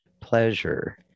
pleasure